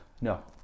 No